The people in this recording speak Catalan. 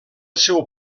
seu